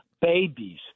babies